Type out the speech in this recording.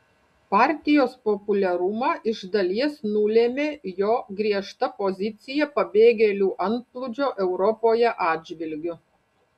partijos populiarumą iš dalies nulėmė jo griežta pozicija pabėgėlių antplūdžio europoje atžvilgiu